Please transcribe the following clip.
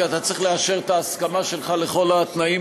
כי אתה צריך לאשר את ההסכמה שלך לכל התנאים